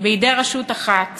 בידי רשות אחת